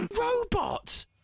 Robot